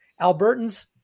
Albertans